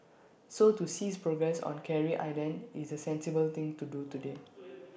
so to cease progress on Carey island is the sensible thing to do today